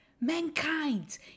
mankind